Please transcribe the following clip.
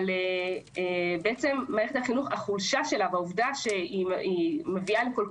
אבל החולשה של מערכת החינוך והסיבה שהיא מביאה לכל